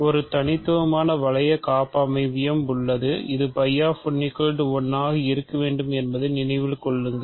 ஒரு தனித்துவமான வளைய காப்பமைவியம் உள்ளது இது φ 1 ஆக இருக்க வேண்டும் என்பதை நினைவில் கொள்ளுங்கள்